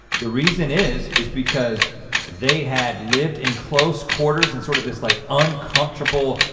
the reason is is because they had lived in close quarters and sort of this like uncomfortable,